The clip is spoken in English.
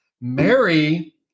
Mary